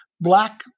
black